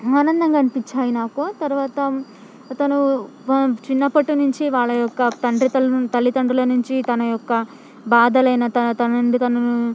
ఆనందంగా అనిపించాయి నాకు తర్వాత తను చిన్నప్పటి నుంచి వాళ్ళ యొక్క తండ్రి తల తల్లిదండ్రుల నుంచి తన యొక్క బాధలైన తన